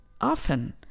often